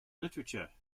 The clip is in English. literature